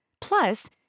Plus